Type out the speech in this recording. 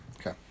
okay